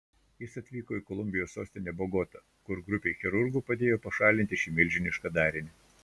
jis atvyko į kolumbijos sostinę bogotą kur grupei chirurgų padėjo pašalinti šį milžinišką darinį